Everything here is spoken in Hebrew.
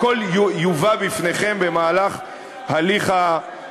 הכול יובא בפניכם במהלך החקיקה.